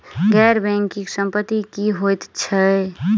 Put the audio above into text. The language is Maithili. गैर बैंकिंग संपति की होइत छैक?